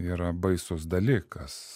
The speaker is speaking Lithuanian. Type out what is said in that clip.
yra baisus dalykas